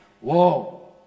Whoa